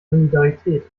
solidarität